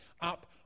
up